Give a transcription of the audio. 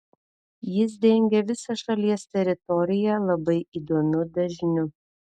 jis dengė visą šalies teritoriją labai įdomiu dažniu